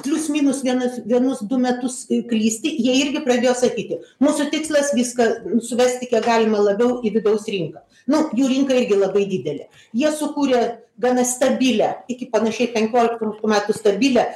plius minus vienas vienus du metus klysti jie irgi pradėjo sakyti mūsų tikslas viską suvesti kiek galima labiau į vidaus rinką nu jų rinka irgi labai didelė jie sukūrė gana stabilią iki panašiai penkioliktų metų stabilią